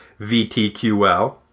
VTQL